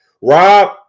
Rob